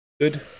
Good